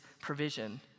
provision